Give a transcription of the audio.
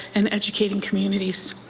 and educating community.